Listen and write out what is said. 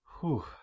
Whew